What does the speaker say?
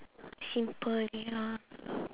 simple ya